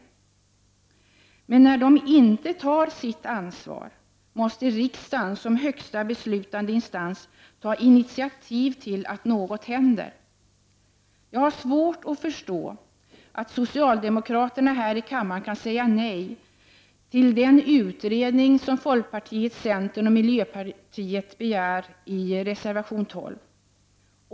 Men när kommunerna inte tar sitt ansvar, måste riksdagen som högsta beslutande instans ta initiativ till att något händer. Jag har svårt att förstå att socialdemokraterna här i kammaren kan säga nej till den utredning som folkpartiet, centern och miljöpartiet begär i reservation 12.